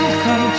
come